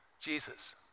Jesus